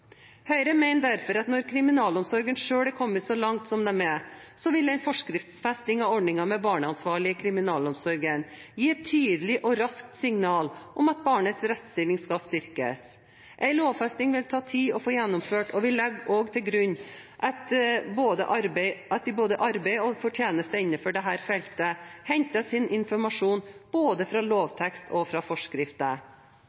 Høyre mener derfor at når kriminalomsorgen selv har kommet så langt som de har, vil en forskriftsfesting av ordningen med barneansvarlig i kriminalomsorgen gi et tydelig og raskt signal om at barnets rettsstilling skal styrkes. En lovfesting vil ta tid å få gjennomført, og vi legger også til grunn at de som både arbeider og får tjenester innenfor dette feltet, henter sin informasjon både fra